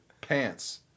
pants